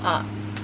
ah